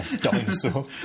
Dinosaur